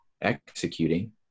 executing